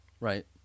Right